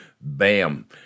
Bam